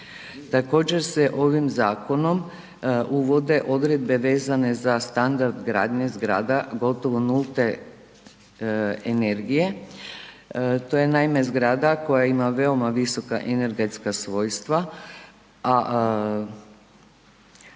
Također se ovim zakonom uvode odredbe vezane za standard gradnje zgrada gotovo nulte energije, to je naime zgrada koja ima veoma visoka energetska svojstva, a